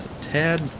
tad